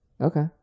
okay